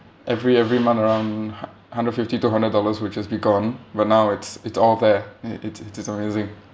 every every month around hun~ hundred fifty two hundred dollars would just be gone but now it's it's all there and it's it's it's amazing